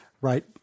right